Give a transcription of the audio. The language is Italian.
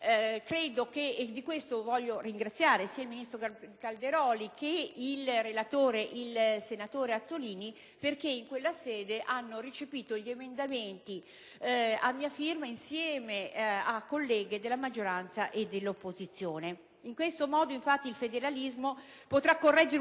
Desidero di questo ringraziare il ministro Calderoli e il relatore, senatore Azzollini, perché in quella sede hanno recepito gli emendamenti a mia firma insieme a colleghe della maggioranza e dell'opposizione. In tal modo, il federalismo potrà correggere